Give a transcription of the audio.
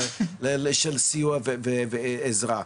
של סיוע ועזרה.